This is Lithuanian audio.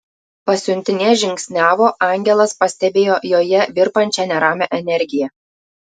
pasiuntinė žingsniavo angelas pastebėjo joje virpančią neramią energiją